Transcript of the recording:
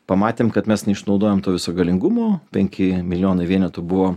pamatėm kad mes neišnaudojom to viso galingumo penki milijonai vienetų buvo